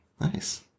Nice